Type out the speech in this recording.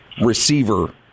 receiver